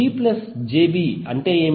G jB అంటే ఏమిటి